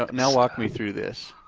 ah now walk me through this.